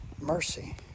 mercy